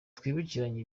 twibukiranye